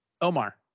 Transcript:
Omar